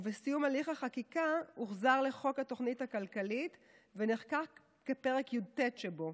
ובסיום הליך החקיקה הוחזר לחוק התוכנית הכלכלית ונחקק כפרק י"ט שבו.